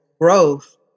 growth